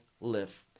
live